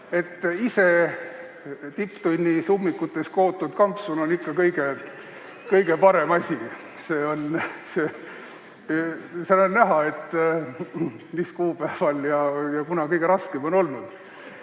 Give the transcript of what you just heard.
ise tipptunnil ummikutes istudes kootud kampsun on ikka kõige parem asi. Sealt on näha, mis kuupäeval ja kunas kõige raskem on olnud.